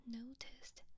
noticed